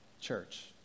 church